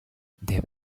they